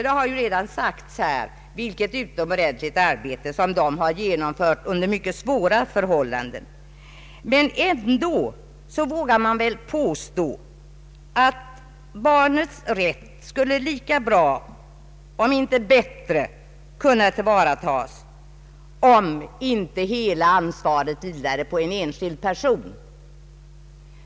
Det har redan framhållits här att de utfört ett utomordentligt arbete under mycket svåra förhållanden. Ändå vågar man väl påstå att barnets rätt lika bra om inte bättre skulle kunna tillvaratas, om inte hela ansvaret vilade på en enskild person.